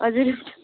हजुर हुन्छ